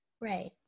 Right